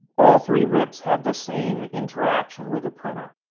all three rips have the same interaction with the printer.